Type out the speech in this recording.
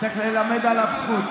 צריך ללמד עליו זכות.